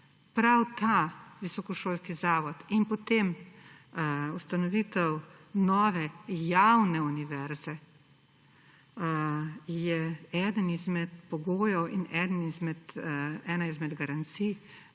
Prav ta visokošolski zavod in potem ustanovitev nove javne univerze je eden izmed pogojev in ena izmed garancij,